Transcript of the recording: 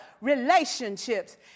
relationships